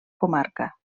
comarca